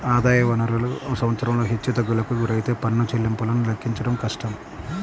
ఆదాయ వనరులు సంవత్సరంలో హెచ్చుతగ్గులకు గురైతే పన్ను చెల్లింపులను లెక్కించడం కష్టం